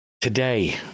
today